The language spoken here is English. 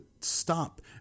stop